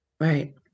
Right